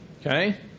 okay